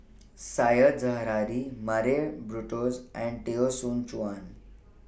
Said Zahari Murray Buttrose and Teo Soon Chuan